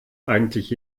eigentlich